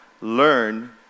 Learn